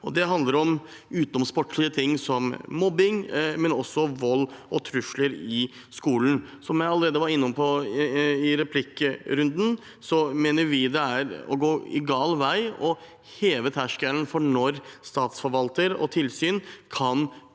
Det handler om «utenomsportslige» ting som mobbing, men også om vold og trusler i skolen. Som jeg allerede var inne på i replikkrunden, mener vi det er å gå i gal retning å heve terskelen for når statsforvaltere og tilsyn kan